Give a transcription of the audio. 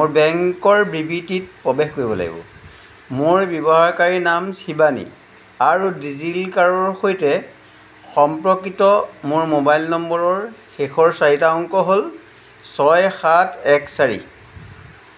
মোৰ বেংকৰ বিবৃতিত প্ৰৱেশ কৰিব লাগিব মোৰ ব্যৱহাৰকাৰীনাম শিৱানী আৰু ডিজিলকাৰৰ সৈতে সম্পৰ্কিত মোৰ মোবাইল নম্বৰৰ শেষৰ চাৰিটা অংক হ'ল ছয় সাত এক চাৰি